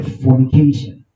fornication